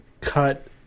cut